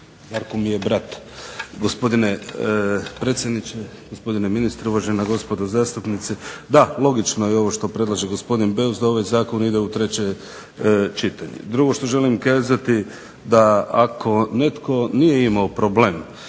Damir (IDS)** Gospodine predsjedniče, gospodine ministre, uvažena gospodo zastupnici. Da, logično je ovo što predlaže gospodin Beus da ovaj zakon ide u treće čitanje. Drugo što želim kazati da ako netko nije imao problem